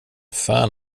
fan